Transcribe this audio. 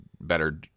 better